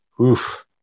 Oof